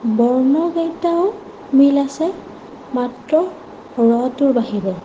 বৰ্ণ কেইটাও মিল আছে মাত্ৰ ৰ টোৰ বাহিৰে